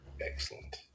Excellent